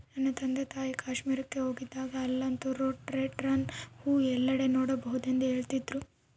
ನನ್ನ ತಂದೆತಾಯಿ ಕಾಶ್ಮೀರಕ್ಕೆ ಹೋಗಿದ್ದಾಗ ಅಲ್ಲಂತೂ ರೋಡೋಡೆಂಡ್ರಾನ್ ಹೂವು ಎಲ್ಲೆಡೆ ನೋಡಬಹುದೆಂದು ಹೇಳ್ತಿದ್ರು